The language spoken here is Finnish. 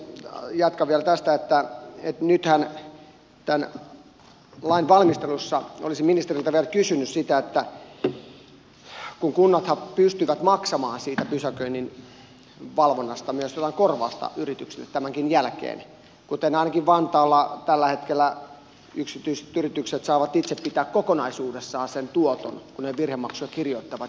jatkan vielä tästä että nythän tämän lain valmistelussa olisin ministeriltä vielä kysynyt siitä että kunnathan pystyvät maksamaan siitä pysäköinninvalvonnasta jotain korvausta yrityksille tämänkin jälkeen kuten ainakin vantaalla tällä hetkellä yksityiset yritykset saavat itse pitää kokonaisuudessaan sen tuoton kun ne virhemaksuja kirjoittavat